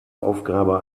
aufgabe